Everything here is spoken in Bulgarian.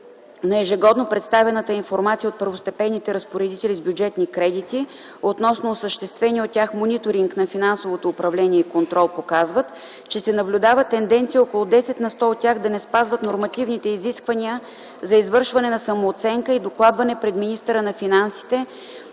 на ежегодно представяната информация от първостепенните разпоредители с бюджетни кредити относно осъществения от тях мониторинг на финансовото управление и контрол, показват, че се наблюдава тенденция около 10 на сто от тях да не спазват нормативните изисквания за извършване на самооценка и докладване пред министъра на финансите